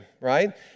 right